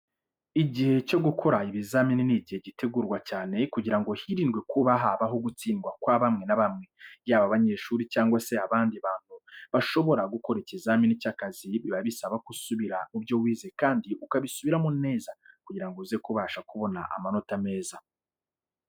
Igihe cyo gukora ibizamini ni igihe gitegurwa cyane kugira ngo hirindwe kuba habaho gutsindwa kwa bamwe na bamwe. Yaba abanyeshuri cyangwa se abandi bantu bashobora gukora ikizamini cy'akazi biba bisaba ko usubira mu byo wize kandi ukabisubiramo neza kugira ngo uze kubasha kubona amanota meza.